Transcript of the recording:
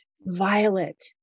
violet